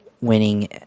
winning